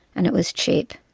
and it was cheap.